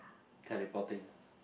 teleporting